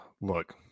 look